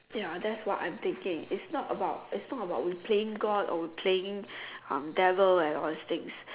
ya that's what I'm thinking it's not about it's not about we are playing god or we playing um devil and all those things